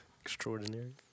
Extraordinary